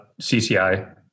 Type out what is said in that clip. CCI